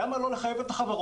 אז למה לא לחייב את החברות,